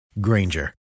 Granger